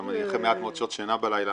אני גם אחרי מעט מאוד שעות שינה בלילה,